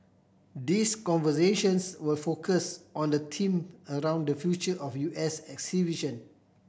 these conversations will focus on the theme around the future of U S exhibition